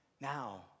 Now